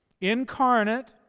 incarnate